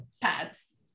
pads